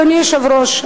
אדוני היושב-ראש,